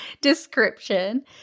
description